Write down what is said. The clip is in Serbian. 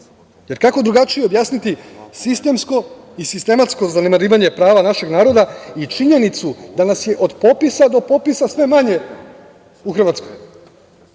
Jer, kako drugačije objasniti sistemsko i sistematsko zanemarivanje prava našeg naroda i činjenicu da nas je od popisa do popisa sve manje u Hrvatskoj.